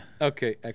Okay